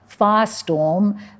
Firestorm